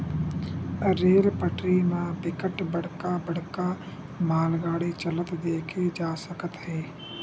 rail पटरी म बिकट बड़का बड़का मालगाड़ी चलत देखे जा सकत हे